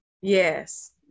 Yes